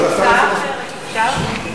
הצעה אחרת, אפשר?